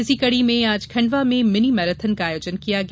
इसी कड़ी में आज खंडवा में मिनी मैराथन का आयोजन किया गया